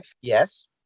yes